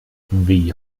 wie